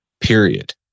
period